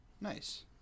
Nice